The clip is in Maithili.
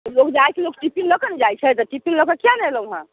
लोक जाइ छै लोक टिफिन लऽ कऽ ने जाइ छै तऽ टिफिन लऽ कऽ किए नहि एलौहँ